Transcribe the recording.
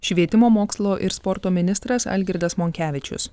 švietimo mokslo ir sporto ministras algirdas monkevičius